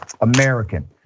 American